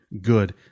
good